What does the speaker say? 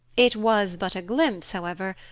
it was but a glimpse, however,